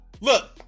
Look